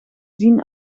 zien